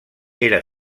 era